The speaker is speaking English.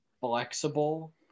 flexible